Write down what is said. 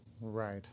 Right